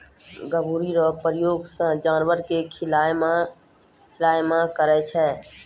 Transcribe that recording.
गभोरी रो प्रयोग जानवर के खिलाय मे करै छै